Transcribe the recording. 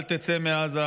אל תצא מעזה.